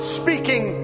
speaking